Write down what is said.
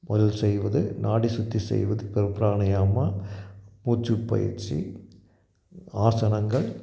பகலில் செய்வது நாடி சுற்றி செய்வது ப பிராணயமா மூச்சு பயிற்சி ஆசனங்கள்